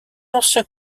ancien